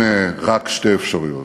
אין רק שתי אפשרויות.